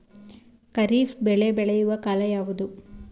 ಖಾರಿಫ್ ಬೆಳೆ ಬೆಳೆಯುವ ಕಾಲ ಯಾವುದು?